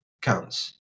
counts